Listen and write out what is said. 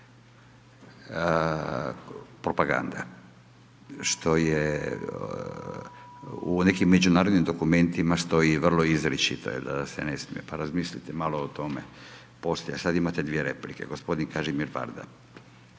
propagande, što je u nekim međunarodnim dokumentima stoji vrlo izričito da se ne smije. Pa razmislite malo o tome poslije. A sad imate dvije replike. Gospodin Kažimir Varda.